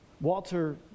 Walter